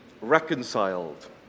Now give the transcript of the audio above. reconciled